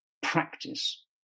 practice